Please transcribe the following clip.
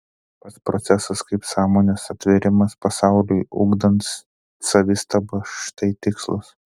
pats procesas kaip sąmonės atvėrimas pasauliui ugdant savistabą štai tikslas